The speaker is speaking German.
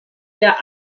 der